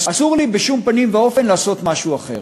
אסור לי בשום פנים ואופן לעשות משהו אחר.